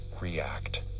react